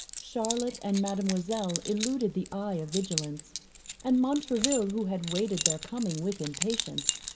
charlotte and mademoiselle eluded the eye of vigilance and montraville, who had waited their coming with impatience,